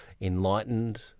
enlightened